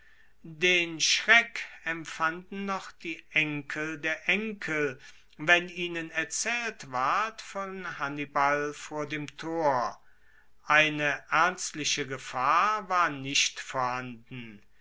den schreck empfanden noch die enkel der enkel wenn ihnen erzaehlt ward von hannibal vor dem tor eine ernstliche gefahr war nicht vorhanden